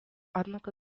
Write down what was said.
однако